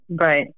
Right